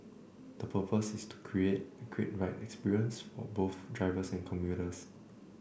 the purpose is to create a great ride experience for both drivers and commuters